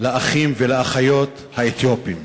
לאחים ולאחיות האתיופים.